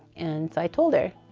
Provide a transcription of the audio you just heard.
and so i told her,